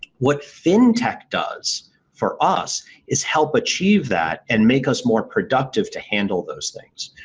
what fintech does for us is help achieve that and make us more productive to handle those things.